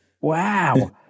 Wow